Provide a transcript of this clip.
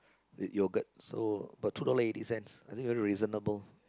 yogurt so but two dollar eighty cents I think very reasonable